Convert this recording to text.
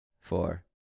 four